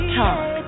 talk